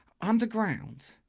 underground